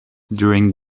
during